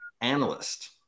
analyst